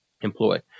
employ